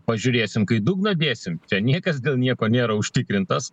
pažiūrėsim kai dugną dėsim čia niekas dėl nieko nėra užtikrintas